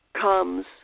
comes